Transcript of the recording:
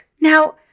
Now